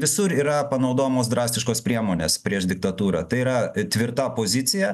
visur yra panaudojamos drastiškos priemonės prieš diktatūrą tai yra tvirta pozicija